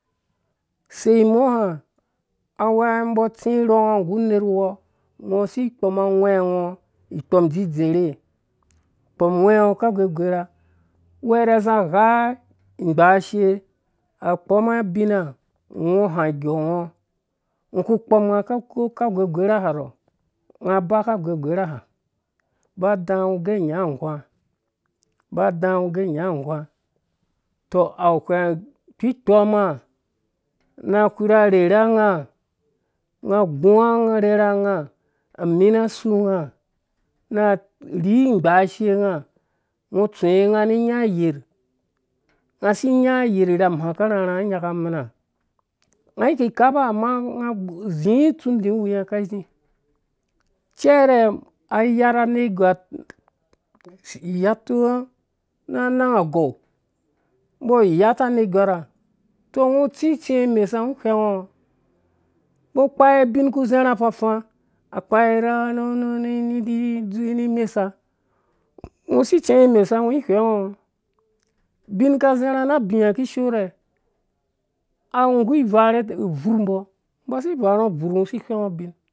Sei unɔha agwhɛ mbɔ tsi mbɔ nggu nerhwɔ ngo si kpɔmɔ gwhe ngo ka gogorha uwɛrɛ za gha igbashe a kpom abina ngo ha ngga ngo ku kpɔm nga ka gogorah nga ba ka gogorahaba ngɔ gɛ nya ugwa tɔ awheng kpikpoma na furha rherha nga nga agua arherha nga amina su nga na rhi igbashe nga agua arherha nga tsuwe nga amina su nga na rhi igbashe nga ngo tsuwe nga ni inya ayerh nga asi nya ayerh irham ha ka rharha ni nyaka menha nga kikhaba amma nga zi tsindi wi nga kai zi cɛrɛ a yarha anergwarh. na nan agwou mbo yata anegwarha tɔ ngɔ si tsingo imesa ngɔ whɛngo mbɔ kpai ubin ku zarha fafa akpai ni ni mesa ngɔ si tsing imesa ngɔ whengo bin ka zarha na abiha kishoorhɛ awu nggu ivarhe buur mbɔ ba si varhe buur ngɔ whɛngɔ,